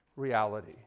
reality